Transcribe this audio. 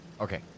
Okay